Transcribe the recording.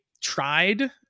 tried